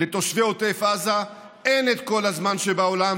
לתושבי עוטף עזה אין את כל הזמן שבעולם,